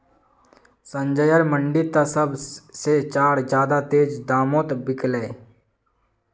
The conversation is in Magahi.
संजयर मंडी त सब से चार ज्यादा तेज़ दामोंत बिकल्ये